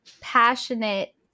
passionate